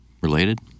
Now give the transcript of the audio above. Related